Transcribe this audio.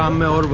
um marrow